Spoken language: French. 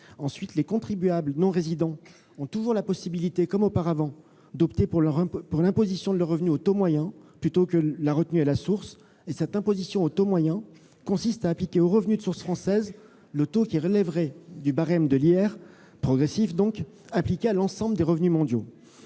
les contribuables non résidents ont toujours la possibilité, comme auparavant, d'opter pour l'imposition de leurs revenus au taux moyen, plutôt que la retenue à la source. Cette imposition consiste à appliquer, aux revenus de source française, le taux qui relèverait du barème de l'impôt sur le revenu- un barème progressif, donc -appliqué à l'ensemble des revenus mondiaux.